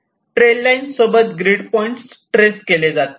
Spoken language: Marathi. ट्रेल लाईन सोबत ग्रीड पॉईंट ट्रेस केले जातील